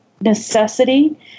necessity